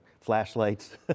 flashlights